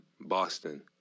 Boston